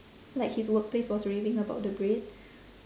like his workplace was raving about the bread